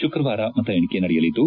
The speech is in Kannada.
ಶುಕ್ರವಾರ ಮತ ಎಣಿಕೆ ನಡೆಯಲಿದ್ದು